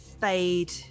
Fade